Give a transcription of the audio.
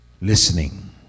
listening